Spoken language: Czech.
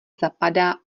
zapadá